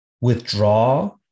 withdraw